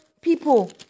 people